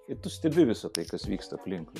ir tu stebi visa tai kas vyksta aplinkui